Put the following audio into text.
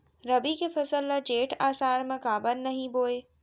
रबि के फसल ल जेठ आषाढ़ म काबर नही बोए?